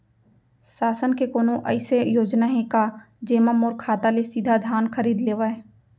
शासन के कोनो अइसे योजना हे का, जेमा मोर खेत ले सीधा धान खरीद लेवय?